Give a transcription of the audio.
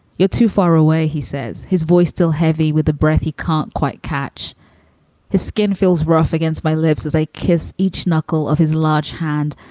you're too far away. he says, his voice still heavy with the breath he can't quite catch his skin feels rough against my lips as i kiss each knuckle of his large hand,